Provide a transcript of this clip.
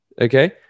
okay